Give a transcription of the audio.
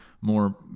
more